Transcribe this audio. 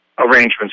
Arrangements